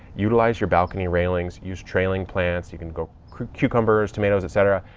utilize your balcony railings, use trailing plants. you can grow cucumbers, tomatoes, et cetera.